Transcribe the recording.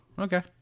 Okay